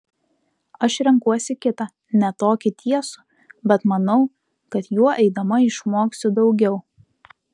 aš renkuosi kitą ne tokį tiesų bet manau kad juo eidama išmoksiu daugiau